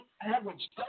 average